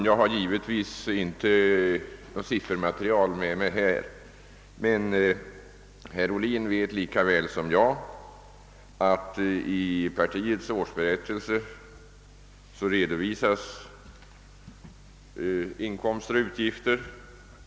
Jag har givetvis inte något siffermaterial med mig här, men herr Ohlin vet lika väl som jag att i partiets årsberättelse redovisas inkomster och utgifter.